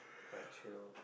quite chill